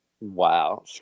Wow